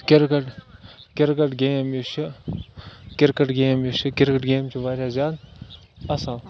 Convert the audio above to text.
cricket cricket game یُس چھُ cricket game یُس چھُ کِرکَٹ گیم چھُ واریاہ زیادٕ اَصٕل